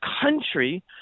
country